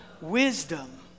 Wisdom